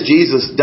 Jesus